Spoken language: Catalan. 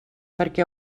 perquè